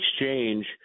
exchange